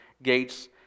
gates